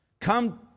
Come